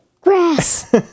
grass